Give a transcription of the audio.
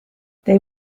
they